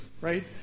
right